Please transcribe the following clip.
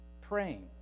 praying